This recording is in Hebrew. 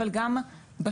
אבל גם בשוטף.